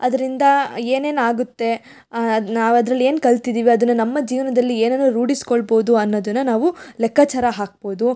ಅದರಿಂದ ಏನೇನು ಆಗುತ್ತೆ ನಾವು ಅದ್ರಲ್ಲಿ ಏನು ಕಲ್ತಿದ್ದೀವಿ ಅದನ್ನು ನಮ್ಮ ಜೀವನದಲ್ಲಿ ಏನನ್ನು ರೂಢಿಸ್ಕೊಳ್ಬೋದು ಅನ್ನೋದನ್ನು ನಾವು ಲೆಕ್ಕಾಚಾರ ಹಾಕ್ಬೋದು